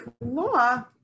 law